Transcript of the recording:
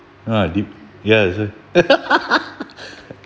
ah deep ya that's why